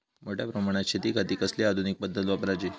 मोठ्या प्रमानात शेतिखाती कसली आधूनिक पद्धत वापराची?